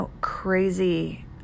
crazy